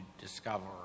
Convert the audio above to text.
discover